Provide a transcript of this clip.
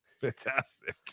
fantastic